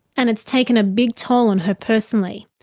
and it's taken a big toll on her personally.